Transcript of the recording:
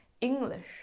English